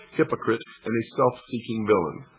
hypocrite and a self-seeking villain.